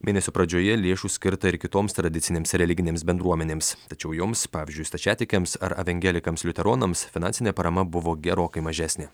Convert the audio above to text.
mėnesio pradžioje lėšų skirta ir kitoms tradicinėms religinėms bendruomenėms tačiau joms pavyzdžiui stačiatikiams ar evangelikams liuteronams finansinė parama buvo gerokai mažesnė